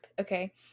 okay